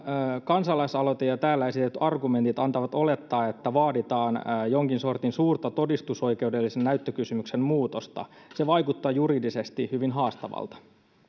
kansalaisaloite ja täällä esitetyt argumentit antavat olettaa että vaaditaan jonkin sortin suurta todistusoikeudellisen näyttökysymyksen muutosta se vaikuttaa juridisesti hyvin haastavalta